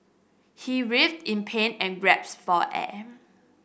he writhed in pain and gasped for air